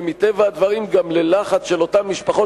ומטבע הדברים גם ללחץ של אותן משפחות,